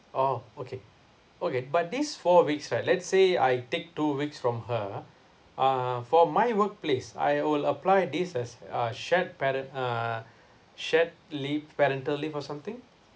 oh okay okay but this four weeks right let's say I take two weeks from her uh for my workplace I will apply this as a shared parent uh shared leave parental leave or something